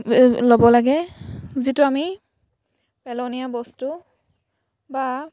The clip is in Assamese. ল'ব লাগে যিটো আমি পেলনীয়া বস্তু বা